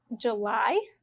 July